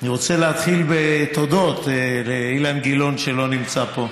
רוצה להתחיל בתודות לאילן גילאון, שלא נמצא פה,